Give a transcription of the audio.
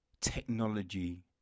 technology